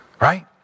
Right